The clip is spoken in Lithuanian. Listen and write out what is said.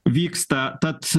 vyksta tad